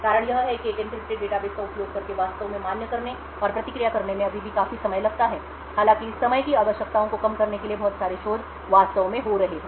कारण यह है कि एक एन्क्रिप्टेड डेटाबेस का उपयोग करके वास्तव में मान्य करने और प्रतिक्रिया करने में अभी भी काफी समय लगता है हालांकि इस समय की आवश्यकताओं को कम करने के लिए बहुत सारे शोध वास्तव में हो रहे हैं